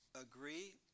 Agree